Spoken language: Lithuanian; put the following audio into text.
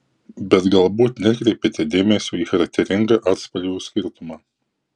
bet galbūt neatkreipėte dėmesio į charakteringą atspalvių skirtumą